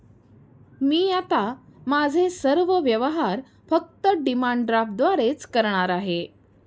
मी आता माझे सर्व व्यवहार फक्त डिमांड ड्राफ्टद्वारेच करणार आहे